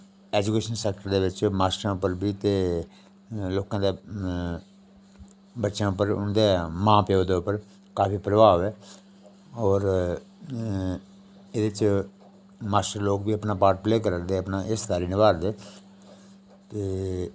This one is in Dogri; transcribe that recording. एजूकेशन सेक्टर दे बिच्च मास्टरें उप्पर बी ते लोकें दे बच्चे पर ते उन्दे मां प्यौ दे उप्पर काफी प्रभाव ऐ होर एह्दे च मास्टर लोक बी अपना पार्ट प्ले करा दे अपना हिस्सा निभाह् दे ते